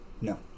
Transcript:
No